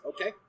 Okay